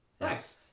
Nice